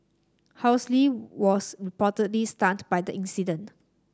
was reportedly stunned by the incident